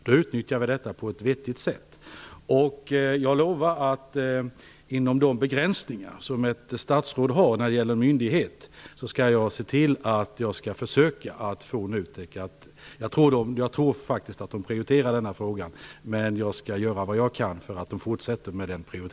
Då utnyttjar vi detta på ett vettigt sätt. Jag lovar att jag, inom de begränsningar ett statsråd har i förhållande till en myndighet, skall försöka se till att få NUTEK att prioritera denna fråga. Det tror jag faktiskt redan att de gör, och jag skall göra vad jag kan för att de skall fortsätta med det.